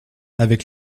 avec